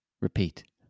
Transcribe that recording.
Repeat